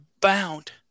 bound